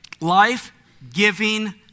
Life-giving